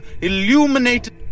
illuminated